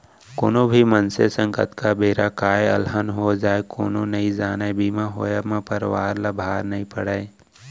कोनो भी मनसे संग कतका बेर काय अलहन हो जाय कोनो नइ जानय बीमा होवब म परवार ल भार नइ पड़य